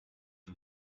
for